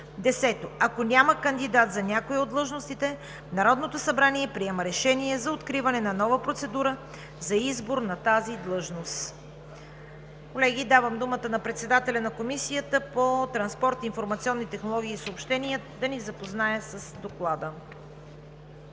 10. Ако няма кандидат за някоя от длъжностите, Народното събрание приема решение за откриване на нова процедура за избор за тази длъжност.“ Колеги, давам думата на председателя на Комисията по транспорт, информационни технологии и съобщения да ни запознае с Доклада.